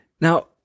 Now